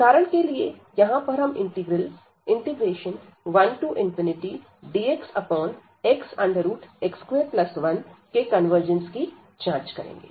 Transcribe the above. उदाहरण के लिए यहां पर हम इंटीग्रल 1dxxx21 के कन्वर्जंस की जांच करेंगे